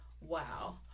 Wow